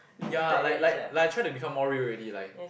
ya like like like I try to become more real already like